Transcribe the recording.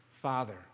Father